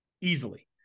easily